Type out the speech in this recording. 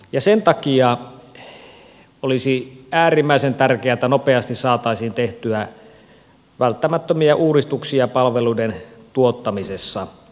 sen takia olisi äärimmäisen tärkeää että nopeasti saataisiin tehtyä välttämättömiä uudistuksia palveluiden tuottamisessa